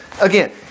again